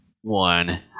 one